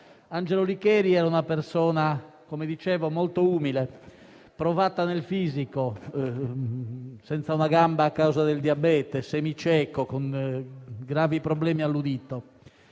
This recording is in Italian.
Angelo Licheri era una persona molto umile, provata nel fisico, senza una gamba a causa del diabete, semicieco e con gravi problemi all'udito.